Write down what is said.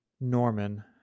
Norman